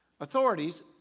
Authorities